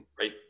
right